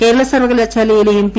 കേരള സർവകലാശയിലേയും പി